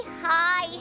hi